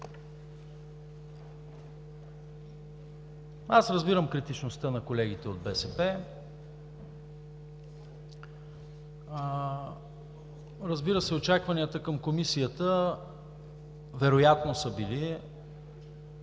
Аз разбирам критичността на колегите от БСП. Разбира се, очакванията към Комисията вероятно са били